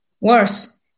Worse